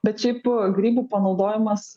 bet šiaip grybų panaudojimas